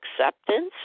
acceptance